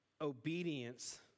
obedience